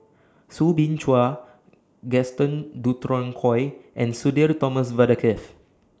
Soo Bin Chua Gaston Dutronquoy and Sudhir Thomas Vadaketh